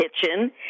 kitchen